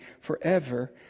forever